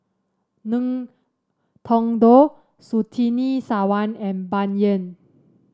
Ngiam Tong Dow Surtini Sarwan and Bai Yan